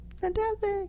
Fantastic